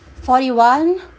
forty one